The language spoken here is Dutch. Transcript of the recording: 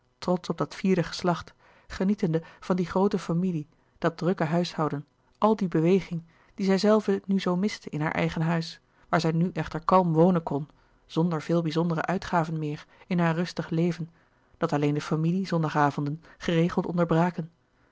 trotsch op dat vierde geslacht genietende van die groote familie dat drukke huishouden al die beweging die zijzelve nu zoo miste in haar eigen huis waar zij nu echter kalm wonen kon zonder veel bizondere uitgaven meer in haar rustig leven dat alleen de familie zondagavonden geregeld